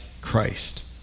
Christ